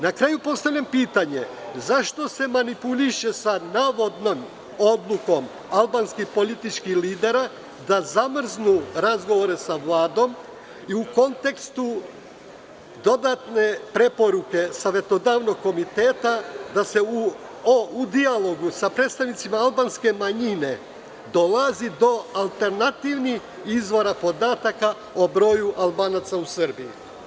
Na kraju postavljam pitanje zašto se manipuliše sa navodnom odlukom albanskih političkih lidera da zamrznu razgovore sa Vladom i u kontekstu dodatne preporuke Savetodavnog komiteta da se u dijalogu sa predstavnicima albanske manjine dolazi do alternativnih izvora podataka o broju Albanaca u Srbiji?